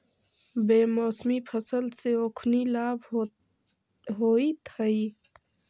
बेमौसमी फसल से ओखनी लाभ होइत हइ